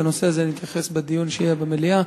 לנושא זה אתייחס בדיון שיהיה במליאה.